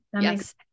yes